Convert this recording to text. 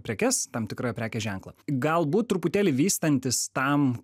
prekes tam tikrą prekės ženklą galbūt truputėlį vystantis tam